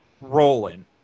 rolling